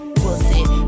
pussy